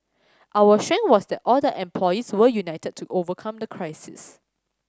our strength was that all the employees were united to overcome the crisis